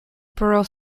borough